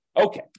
Okay